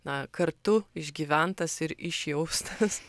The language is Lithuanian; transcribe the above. na kartu išgyventas ir išjaustas